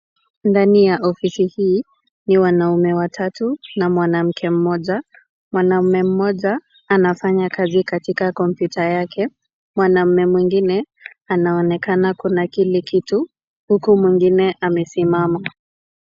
Ndani ya ofisi hii ni wanaume watatu na mwanamke moja mwanamme moja anafanya kazi katika komputa yake mwanamme mwingine anaonekana kunakili kitu huku mwingine amesimama.